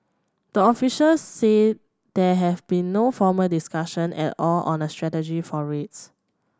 the officials said there have been no formal discussion at all on a strategy for rates